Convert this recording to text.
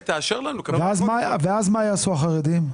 ואז מה יעשו החרדים?